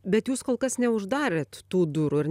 bet jūs kol kas neuždarėt tų durų ir